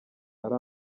ari